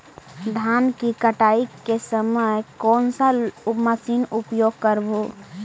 धान की कटाई के समय कोन सा मशीन उपयोग करबू?